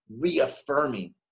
reaffirming